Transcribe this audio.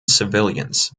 civilians